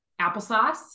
Applesauce